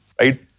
Right